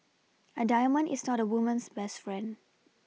a diamond is not woman's best friend